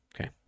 Okay